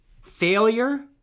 Failure